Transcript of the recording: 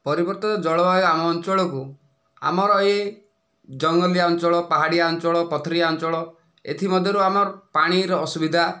ପରିବର୍ତ୍ତନ ଜଳ ବାୟୁ ଆମ ଅଞ୍ଚଳକୁ ଆମର ଏଇ ଜଙ୍ଗଲିଆ ଅଞ୍ଚଳ ପାହାଡ଼ିଆ ଅଞ୍ଚଳ ପଥୁରିଆ ଅଞ୍ଚଳ ଏଥି ମଧ୍ୟରୁ ଆମର୍ ପାଣିର ଅସୁବିଧା